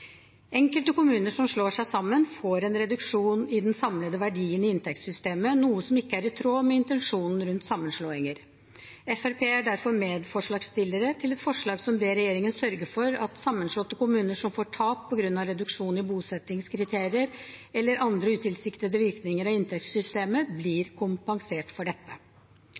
Enkelte kommuner som slår seg sammen, får en reduksjon i den samlede verdien i inntektssystemet, noe som ikke er i tråd med intensjonen bak sammenslåingene. Fremskrittspartiet er derfor medforslagsstiller til et forslag som ber regjeringen sørge for at sammenslåtte kommuner som får tap på grunn av reduksjon i bosettingskriterier eller andre utilsiktede virkninger av inntektssystemet, blir kompensert for dette.